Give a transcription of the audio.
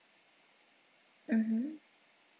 mmhmm